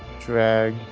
Drag